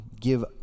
give